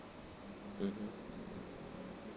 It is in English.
mmhmm